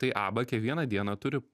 tai arba kiekvieną dieną turi